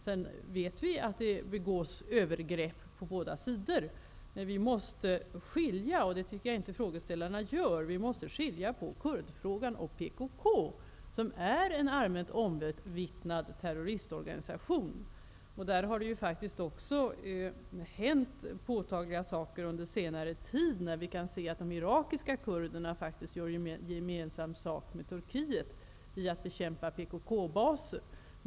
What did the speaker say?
Vi vet att det begås övergrepp från båda sidor. Men vi måste skilja på frågan om kurderna och PKK. Det tycker jag inte att frågeställarna gör. Det är allmänt omvittnat att PKK är en terroristorganisation. Under senare tid har påtagliga saker hänt. Vi har kunnat se att de irakiska kurderna faktiskt gör gemensam sak med Turkiet för att bekämpa PKK baser.